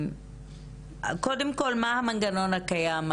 קודם כל, מה המנגנון הקיים?